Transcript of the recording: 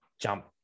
jump